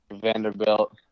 Vanderbilt